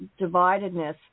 dividedness